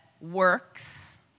works